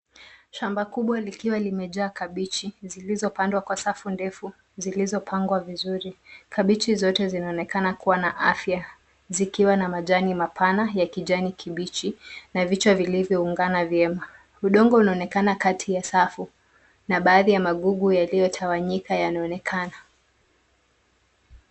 Shamba kubwa likiwa limejaa kabechi zilizopandwa kwa safu ndefu, zilizopangwa vizuri. Kabechi zote zinaonekana kuwa na afya zikiwa na majani mapana ya kijani kibichi na vichwa vilivyo ungana vyema. Udongo unaonekana kati ya safu na baadhi makuku yaliotawanyika yanaonekana.